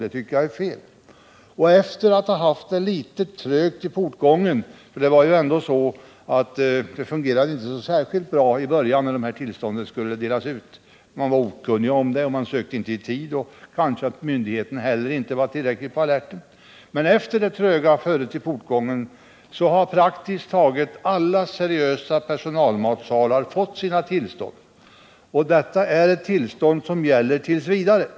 Man hade visserligen ett något trögt före i portgången — det fungerade ju inte särskilt bra när dessa tillstånd skulle börja delas ut, eftersom folk var okunniga och inte sökte i tid och kanske också beroende på att myndigheterna inte var på alerten — men efter denna inledande period har praktiskt taget alla seriösa personalmatsalar fått sina tillstånd. Jag vill också understryka att dessa tillstånd gäller t.v.